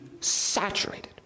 saturated